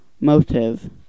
Motive